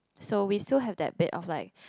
so we still have that bit of like